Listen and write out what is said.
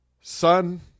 son